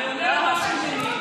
אני עונה לה משהו,